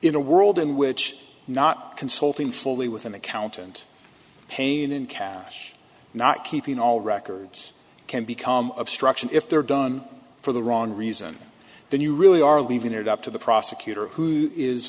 a world in which not consulting fully with an accountant pain in cash not keeping all records can become obstruction if they're done for the wrong reason then you really are leaving it up to the prosecutor who is